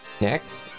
next